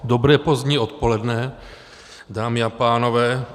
Dobré pozdní odpoledne, dámy a pánové.